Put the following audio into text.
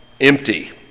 empty